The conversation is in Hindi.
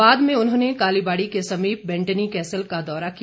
बाद में उन्होंने कालीबाड़ी के समीप बैंटनी कैसल का दौरा किया